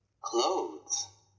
Clothes